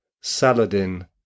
Saladin